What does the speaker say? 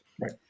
Right